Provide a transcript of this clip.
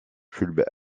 fulbert